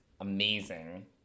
amazing